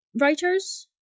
writers